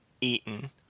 Eaton